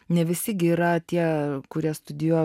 ne visi gi yra tie kurie studijuoja